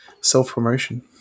self-promotion